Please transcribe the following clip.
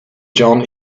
john